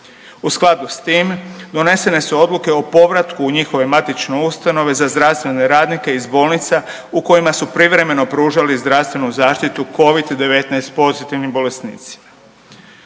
U skladu s tim, donesene su odluke o povratku u njihove matične ustanove za zdravstvene radnike iz bolnica u kojima su privremeno pružali zdravstvenu zaštitu Covid-19 pozitivnih bolesnici.